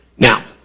now,